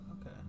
Okay